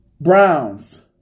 Browns